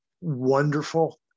wonderful